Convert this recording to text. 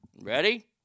ready